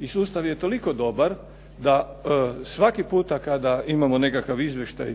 I sustav je toliko dobar da svaki puta kada imamo nekakav izvještaj